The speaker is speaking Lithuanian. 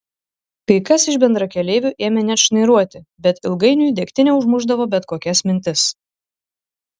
kai kas iš bendrakeleivių ėmė net šnairuoti bet ilgainiui degtinė užmušdavo bet kokias mintis